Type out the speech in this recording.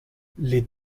les